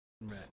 Right